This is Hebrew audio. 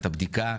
את הבדיקה.